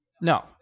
No